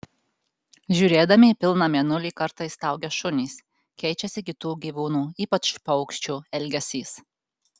žiūrėdami į pilną mėnulį kartais staugia šunys keičiasi kitų gyvūnų ypač paukščių elgesys